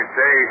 say